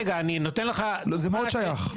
זה מאוד שייך.